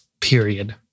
period